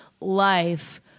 life